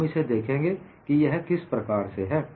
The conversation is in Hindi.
हम देखेंगे कि यह किस प्रकार से है